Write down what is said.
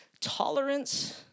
Tolerance